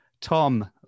Tom